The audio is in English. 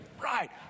Right